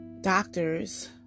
doctors